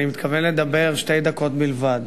אני מתכוון לדבר שתי דקות בלבד.